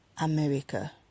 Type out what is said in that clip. America